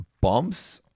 bumps